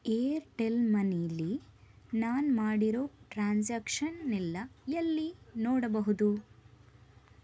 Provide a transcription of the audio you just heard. Airtel ಮನಿಲಿ ನಾನು ಮಾಡಿರೋ ಟ್ರಾನ್ಸಾಕ್ಷನ್ನೆಲ್ಲ ಎಲ್ಲಿ ನೋಡಬಹುದು